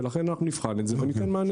ולכן אנחנו נבחן את זה וניתן מענה.